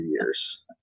years